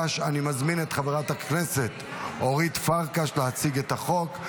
אני מזמין את חברת הכנסת אורית פרקש להציג את החוק.